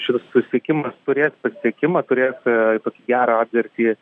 šitas susisiekimas turės pasisekimą turės aa tokį gerą atgarsį